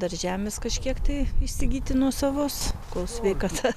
dar žemės kažkiek tai įsigyti nuosavos kol sveikata